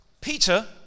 Peter